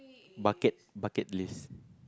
bucket bucket list